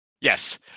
Yes